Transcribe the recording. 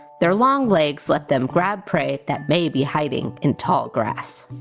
their long legs let them grab prey that may be hiding in tall grass.